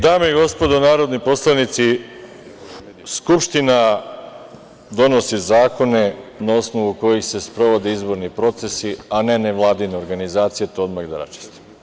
Dame i gospodo narodni poslanici, Skupština donosi zakone na osnovu kojih se sprovode izborni procesi, a ne nevladine organizacije, to odmah da raščistimo.